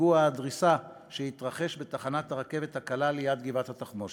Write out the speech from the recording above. פיגוע הדריסה שהתרחש בתחנת הרכבת הקלה ליד גבעת-התחמושת.